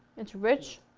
it's rich,